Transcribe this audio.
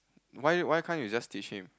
why why can't you just teach him